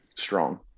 strong